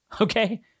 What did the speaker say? okay